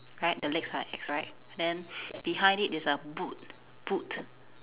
right the legs like axe right then behind it is a boot boot